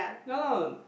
ya lah